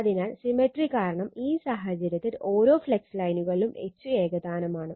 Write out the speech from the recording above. അതിനാൽ സിമ്മെട്രി കാരണം ഈ സാഹചര്യത്തിൽ ഓരോ ഫ്ലക്സ് ലൈനുകളിലും H ഏകതാനമാണ്